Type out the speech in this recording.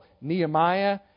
Nehemiah